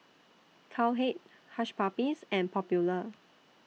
Cowhead Hush Puppies and Popular